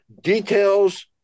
details